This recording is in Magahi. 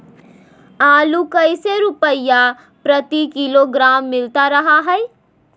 आलू कैसे रुपए प्रति किलोग्राम मिलता रहा है?